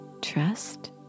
trust